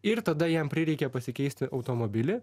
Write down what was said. ir tada jam prireikė pasikeisti automobilį